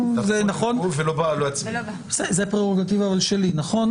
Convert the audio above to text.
זו פררוגטיבה שלי, נכון?